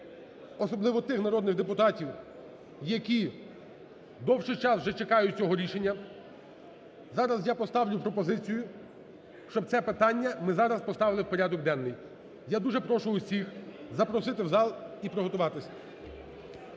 особливо тих народних депутатів, які довший час вже чекають цього рішення, зараз я поставлю пропозицію, щоб це питання ми зараз поставили у порядок денний. Я дуже прошу всіх запросити в зал і приготуватися.